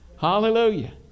Hallelujah